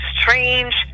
strange